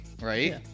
Right